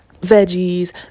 veggies